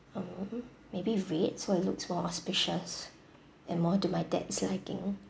um maybe red so it looks more auspicious and more to my dad's liking